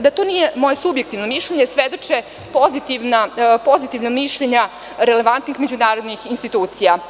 Da to nije moje subjektivno mišljenje, svedoče pozitivna mišljenja relevantnih međunarodnih institucija.